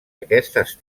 aquestes